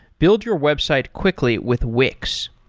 build your website quickly with wix.